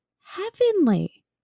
heavenly